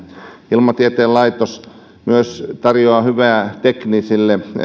ilmatieteen laitos tarjoaa myös teknisille